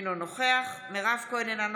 אינו נוכח מירב כהן,